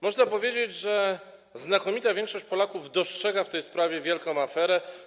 Można powiedzieć, że znakomita większość Polaków dostrzega w tej sprawie wielką aferę.